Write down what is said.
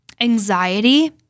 anxiety